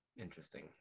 interesting